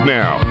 now